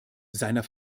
seiner